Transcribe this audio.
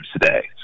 today